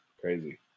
Crazy